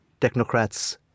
technocrats